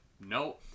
No